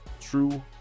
True